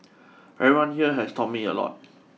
everyone here has taught me a lot